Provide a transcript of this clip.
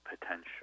potential